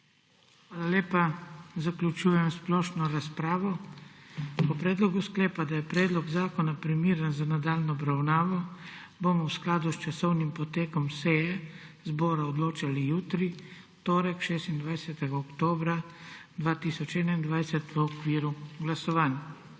Hvala lepa. Zaključujem splošno razpravo. O predlogu sklepa, da je predlog zakona primeren za nadaljnjo obravnavo, bomo v skladu s časovnim potekom seje zbora odločali jutri, v torek, 26. oktobra 2021 v okviru glasovanj.